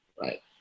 Right